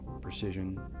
precision